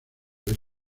ver